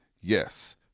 yes